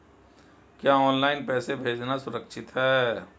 क्या ऑनलाइन पैसे भेजना सुरक्षित है?